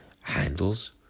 handles